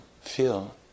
feel